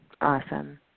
Awesome